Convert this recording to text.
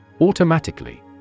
Automatically